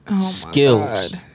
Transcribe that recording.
skills